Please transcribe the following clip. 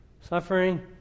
Suffering